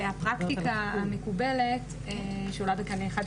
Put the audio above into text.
והפרקטיקה המקובלת שעולה בקנה אחד,